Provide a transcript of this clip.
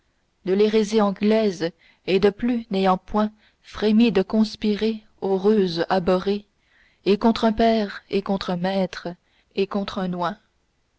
de l'hérésie anglaise et de plus n'ayant point frémi de conspirer ô ruses abhorrées et contre un père et contre un maître et contre un oint